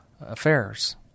affairs